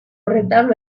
retablo